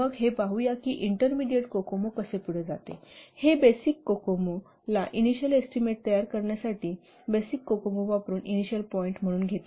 मग हे पाहूया की हे इंटरमीडिएट कोकोमो कसे पुढे जाते हे बेसिक कोकोमो ला इनिशिअल एस्टीमेट तयार करण्यासाठी बेसिक कोकोमो वापरुन इनिशिअल पॉईंट म्हणून घेते